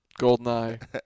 GoldenEye